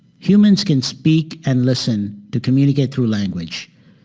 humans can speak and listen to communicate through language.